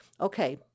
okay